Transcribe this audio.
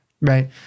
right